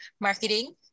marketing